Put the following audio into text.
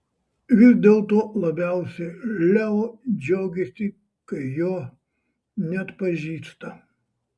vis dėlto labiausiai leo džiaugiasi kai jo neatpažįsta